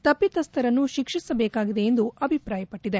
ತಪ್ಪಿತಸ್ನರನ್ನು ಶಿಕ್ಷಿಸಬೇಕಾಗಿದೆ ಎಂದು ಅಭಿಪ್ರಾಯಪಟ್ಟದೆ